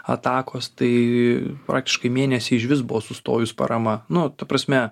atakos tai praktiškai mėnesį išvis buvo sustojus parama nu ta prasme